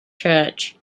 church